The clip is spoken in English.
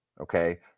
okay